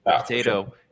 Potato